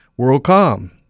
Worldcom